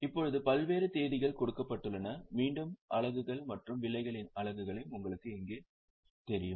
இப்போது பல்வேறு தேதிகள் கொடுக்கப்பட்டுள்ளன மீண்டும் அலகுகள் மற்றும் விலைகளின் அலகுகள் உங்களுக்குத் இங்கே தெரியும்